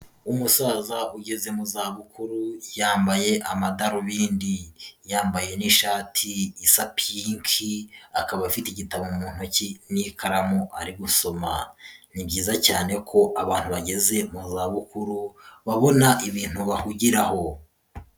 Umusaza ugeze mu za bukuru yambaye amadarubindi, yambaye ni'shati isa pinki, akaba afite igitabo mu ntoki n'ikaramu ari gusoma, ni byiza cyane ko abantu bageze mu za bukuru babona ibintu bahugiraho.